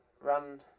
run